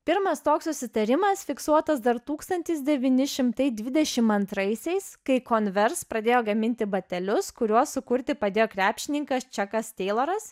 pirmas toks susitarimas fiksuotas dar tūkstantis devyni šimtai dvidešim antraisiais kai konvers pradėjo gaminti batelius kuriuos sukurti padėjo krepšininkas čekas teiloras